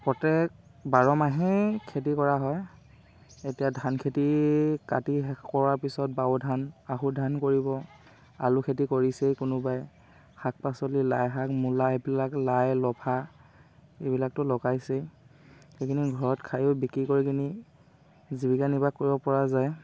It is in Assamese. প্ৰত্যেক বাৰ মাহেই খেতি কৰা হয় এতিয়া ধান খেতি কাটি শেষ কৰাৰ পিছত বাও ধান আহু ধান কৰিব আলু খেতি কৰিছেই কোনোবাই শাক পাচলি লাইশাক মূলা এইবিলাক লাই লফা এইবিলাকতো লগাইছেই সেইখিনি ঘৰত খায়ো বিক্ৰী কৰি কিনি জীৱিকা নিৰ্বাহ কৰিব পৰা যায়